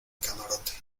camarote